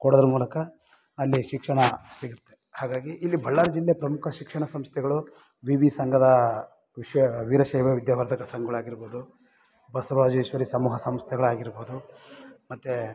ಕೊಡೋದ್ರ ಮೂಲಕ ಅಲ್ಲಿ ಶಿಕ್ಷಣ ಸಿಗುತ್ತೆ ಹಾಗಾಗಿ ಇಲ್ಲಿ ಬಳ್ಳಾರಿ ಜಿಲ್ಲೆ ಪ್ರಮುಖ ಶಿಕ್ಷಣ ಸಂಸ್ಥೆಗಳು ವಿ ವಿ ಸಂಘದ ವಿಶ್ವ ವೀರಶೈವ ವಿದ್ಯಾವರ್ಧಕ ಸಂಘಗಳಾಗಿರ್ಬೋದು ಬಸವರಾಜೇಶ್ವರಿ ಸಮೂಹ ಸಂಸ್ಥೆಗಳಾಗಿರ್ಬೋದು ಮತ್ತು